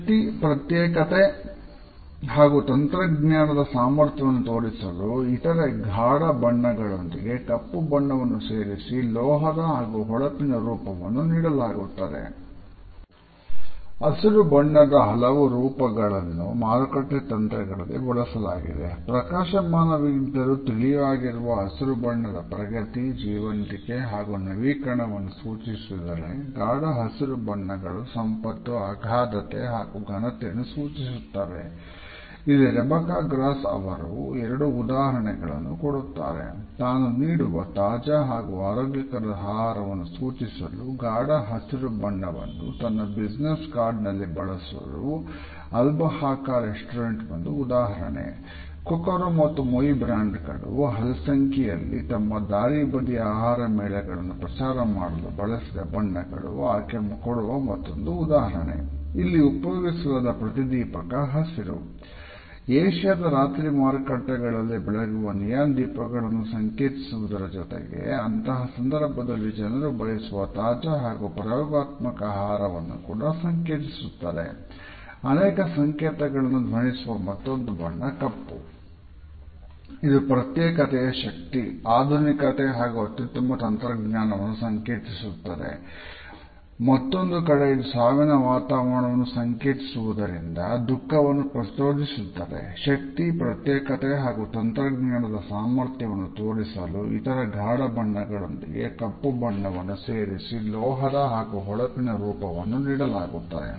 ಶಕ್ತಿ ಪ್ರತ್ಯೇಕತೆ ಹಾಗೂ ತಂತ್ರಜ್ಞಾನದ ಸಾಮರ್ಥ್ಯವನ್ನು ತೋರಿಸಲು ಇತರೆ ಗಾಢ ಬಣ್ಣಗಳೊಂದಿಗೆ ಕಪ್ಪು ಬಣ್ಣವನ್ನು ಸೇರಿಸಿ ಲೋಹದ ಹಾಗೂ ಹೊಳಪಿನ ರೂಪವನ್ನು ನೀಡಲಾಗುತ್ತದೆ